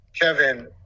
Kevin